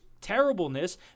terribleness